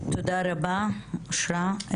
תודה רבה, אושרה.